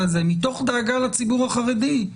מתוך דאגה לציבור החרדי.